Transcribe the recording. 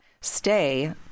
stay